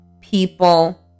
people